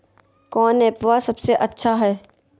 कौन एप्पबा सबसे अच्छा हय?